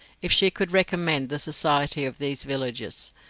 if she could recommend the society of these villages,